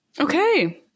Okay